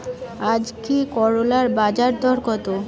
আজকে করলার বাজারদর কত?